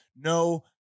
no